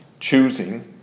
choosing